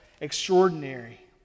extraordinary